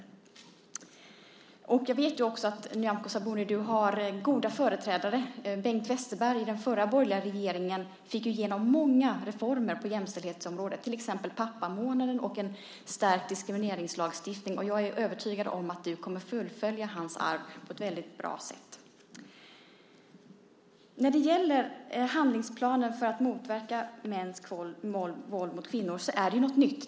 Nyamko Sabuni har goda företrädare. Bengt Westerberg fick i den förra borgerliga regeringen igenom många reformer på jämställdhetsområdet, till exempel pappamånaden och en stärkt diskrimineringslagstiftning, och jag är övertygad om att hon kommer att fullfölja arvet efter honom på ett bra sätt. När det gäller handlingsplanen för att motverka mäns våld mot kvinnor är det nytt.